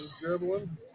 dribbling